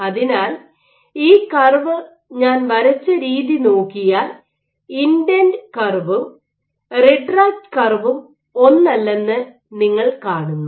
അതിനാൽ ഈ കർവ് ഞാൻ വരച്ച രീതി നോക്കിയാൽ ഇൻഡന്റ് കർവും റിട്രക്ട് കർവും ഒന്നല്ലെന്ന് നിങ്ങൾ കാണുന്നു